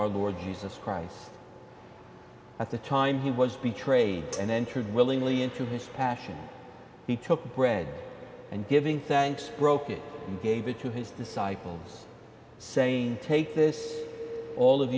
our lord jesus christ at the time he was betrayed and entered willingly into his passion he took bread and giving thanks broke it and gave it to his disciples saying take this all of